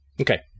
Okay